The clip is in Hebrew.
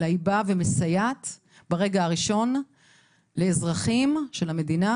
אלא היא באה ומסייעת ברגע הראשון לאזרחים של המדינה